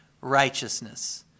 righteousness